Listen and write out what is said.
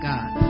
God